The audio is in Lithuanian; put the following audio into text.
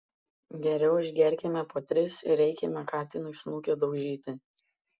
geriau išgerkime po tris ir eime katinui snukio daužyti